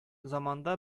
заманда